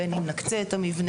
בין אם נקצה את המבנה,